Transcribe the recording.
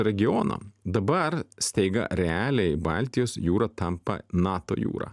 regioną dabar staiga realiai baltijos jūra tampa nato jūra